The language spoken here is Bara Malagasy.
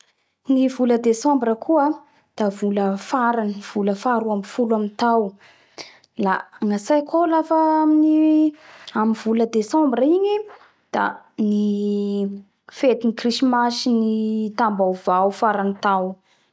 Ny vola desembra koa da vola farany vola faha roamby folo amy tao la gnatsaiko lafa amy vola desembra igny da ny fetiny krisy masy sy ny taombaovao farany tao